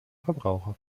verbraucher